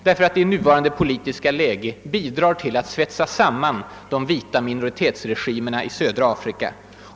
I nuvarande politiska läge bidrar det till att svetsa samman de vita minoritetsregimerna i södra Afrika.